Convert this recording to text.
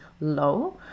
low